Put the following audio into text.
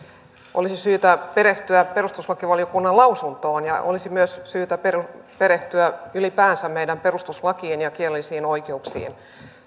olisi syytä perehtyä perustuslakivaliokunnan lausuntoon ja olisi myös syytä perehtyä ylipäänsä meidän perustuslakiin ja kielellisiin oikeuksiin